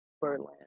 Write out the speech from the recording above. Berlin